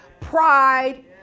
pride